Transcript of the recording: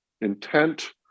intent